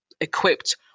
equipped